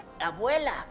abuela